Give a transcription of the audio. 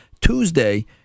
Tuesday